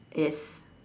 yes